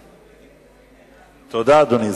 תודה, אדוני.